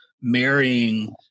marrying